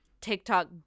TikTok